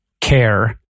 care